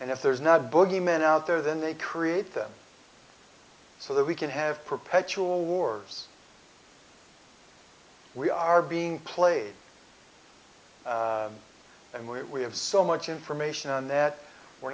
and if there's not a bogeyman out there then they create them so that we can have perpetual war we are being played and we have so much information that we're